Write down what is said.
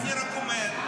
אני איתך.